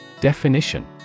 Definition